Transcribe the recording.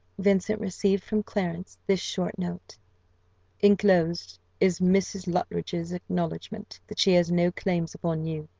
vincent received from clarence this short note enclosed is mrs. luttridge's acknowledgment, that she has no claims upon you,